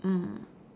mm